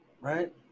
right